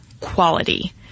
quality